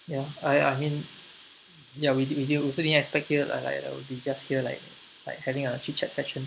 ya I I mean ya we did we did~ didn't expect here lah like that we would be just here like like having a chit chat session